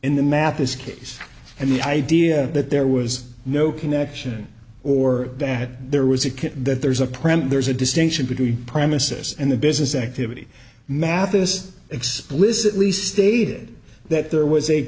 in the mathis case and the idea that there was no connection or that there was a kid that there's a premise there's a distinction between premises and the business activity mathis explicitly stated that there was a